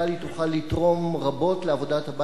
תוכל לתרום רבות לעבודת הבית הזה.